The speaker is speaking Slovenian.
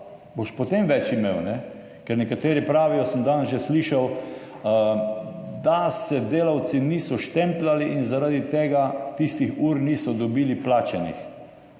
boš potem več ime. Ker nekateri pravijo, sem danes že slišal, da se delavci niso štempljali in zaradi tega tistih ur niso dobili plačanih.